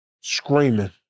screaming